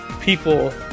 people